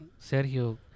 Sergio